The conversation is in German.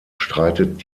streitet